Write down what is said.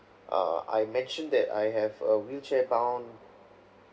uh I've mentioned that I have a wheelchair bound